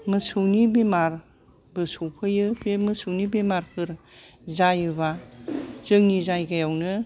मोसौनि बेमारबो सफैयो बे मोसौनि बेमारफोर जायोबा जोंनि जायगायावनो